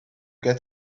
get